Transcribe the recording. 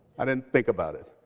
i didn't think about it.